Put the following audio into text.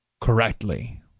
correctly